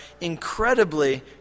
incredibly